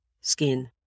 skin